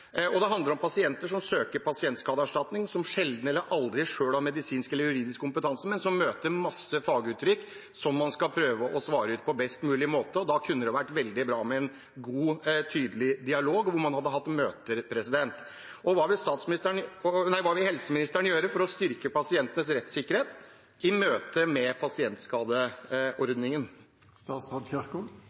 Det handler om pasienter som søker pasientskadeerstatning, som sjelden eller aldri selv har medisinsk eller juridisk kompetanse, som møter en masse faguttrykk som man skal prøve å svare ut på best mulig måte. Da kunne det vært veldig bra med en god og tydelig dialog, hvor man hadde hatt møter. Hva vil helseministeren gjøre for å styrke pasientenes rettssikkerhet i møte med